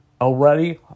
Already